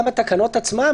גם התקנות עצמן,